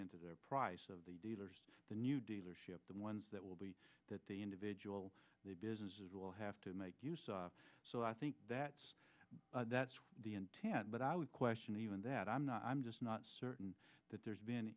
into the price of the dealers the new dealership the ones that will be that the individual businesses will have to make so i think that that's the intent but i would question even that i'm not i'm just not certain that there's been